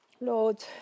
Lord